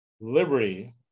Liberty